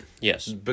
Yes